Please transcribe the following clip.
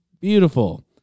Beautiful